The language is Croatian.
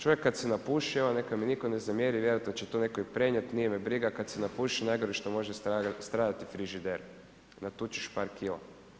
Čovjek kad se napuši, evo neka mi nitko ne zamjeri, vjerojatno će to netko i prenijeti, nije me briga, kada se napuši, najgore što može stradati je frižidier, natučeš par kila.